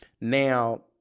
Now